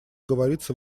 говорится